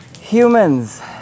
Humans